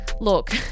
Look